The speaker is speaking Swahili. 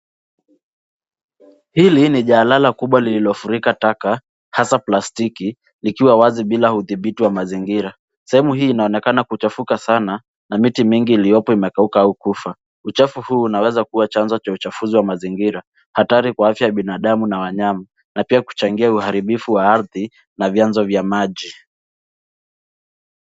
Hili ni jalala kubwa lililofurika taka hasa plastiki likiwa wazi bila udhibiti wa mazingira. Sehemu hii inaonekana kuchafuka sana na miti mingi iliyopo imekauka au kufa. Uchafu huu unaweza kuwa chanzo cha uchafuzi wa mazingira hatari kwa afya ya binadamu na wanyama na pia kuchangia uharibu wa ardhi na vyanzo vya maji.